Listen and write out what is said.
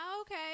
okay